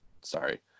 Sorry